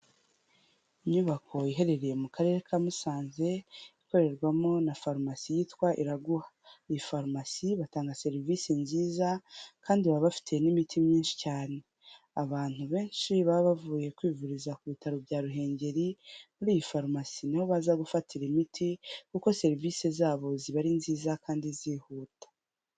Inyubako iherereye mu Karere ka Musanze, ikorerwamo na farumasi yitwa Iraguha. Iyi farumasi batanga serivisi nziza, kandi baba bafite n'imiti myinshi cyane. Abantu benshi baba bavuye kwivuriza ku bitaro bya Ruhengeri, muri iyi farumasi ni ho baza gufatira imiti, kuko serivise zabo ziba ari nziza kandi zihuta.